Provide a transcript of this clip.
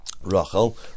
Rachel